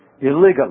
illegally